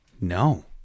No